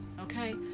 okay